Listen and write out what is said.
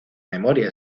memoria